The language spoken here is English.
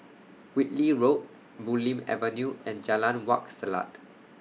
Whitley Road Bulim Avenue and Jalan Wak Selat